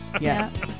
Yes